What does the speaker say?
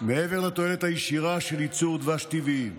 מעבר לתועלת הישירה של ייצור דבש טבעי.